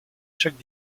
chaque